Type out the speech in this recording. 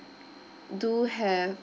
do have